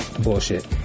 bullshit